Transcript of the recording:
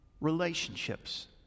relationships